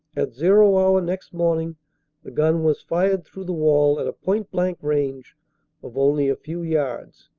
at zero hour next morning the gun was fired through the wall at a point-blank range of only a few yards,